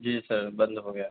جی sir بند ہو گیا